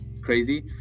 crazy